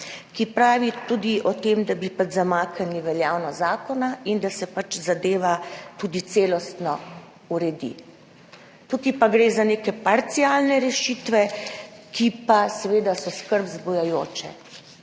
ki pravi tudi o tem, da bi zamaknili veljavnost zakona in da se zadeva tudi celostno uredi. Tukaj pa gre za neke parcialne rešitve, ki pa so seveda skrb vzbujajoče.